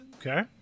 Okay